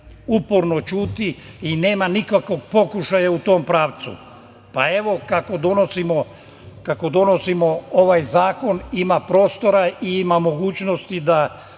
uporno ćuti i nema nikakvog pokušaja u tom pravcu. Evo, kako donosimo ovaj zakon, ima prostora i ima mogućnosti da